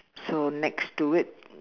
so next to it